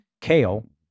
kale